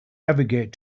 navigate